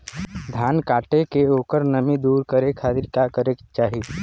धान कांटेके ओकर नमी दूर करे खाती का करे के चाही?